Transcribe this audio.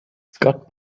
scott